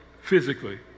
physically